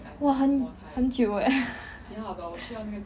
!wah! 很很久 eh